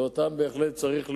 ואותם בהחלט צריך להוריד,